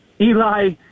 Eli